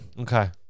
Okay